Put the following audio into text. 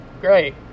great